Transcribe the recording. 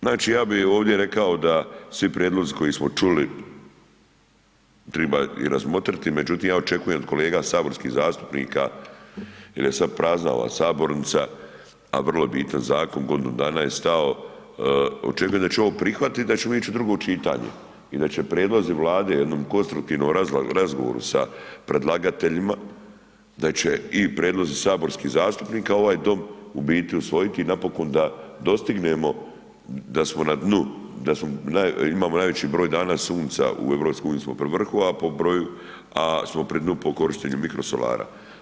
Znači ja bi ovdje rekao da svi prijedlozi koje smo čuli, treba ih razmotriti međutim ja očekujem od kolega saborskih zastupnika jer je sad prazna ova sabornica a vrlo je bitan zakon, godinu dana je stao, očekujem da će on prihvatiti da ćemo ići u drugo čitanje i da će prijedlozi Vlade jednom konstruktivnom razgovoru sa predlagateljima da će i prijedlozi saborskih zastupnika ovaj dom u biti usvojiti i napokon da dostignemo da smo na dnu, imamo najveći broj dana Sunca, u EU-u smo pri vrhu, a smo pri dnu po korištenju mikrosolara.